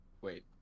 wait